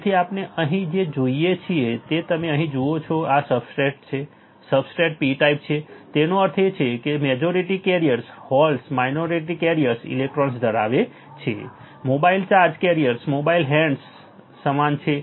તેથી આપણે અહીં જે જોઈએ છીએ તે તમે અહીં જુઓ છો આ સબસ્ટ્રેટ છે સબસ્ટ્રેટ P ટાઈપ છે તેનો અર્થ એ કે majority carriers holes minority carriers electron ધરાવે છે mobile charge carriers mobile hands સમાન છે